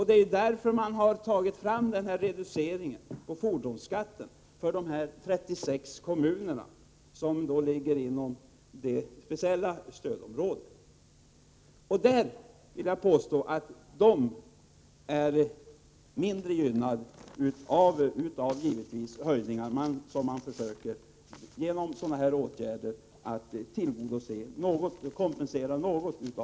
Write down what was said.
Det är därför denna reducering av fordonsskatten har föreslagits för de 36 kommuner som ligger inom det speciella stödområdet. Jag vill påstå att de är mindre gynnade av höjningarna, men man föreslår åtgärder för att försöka kompensera detta.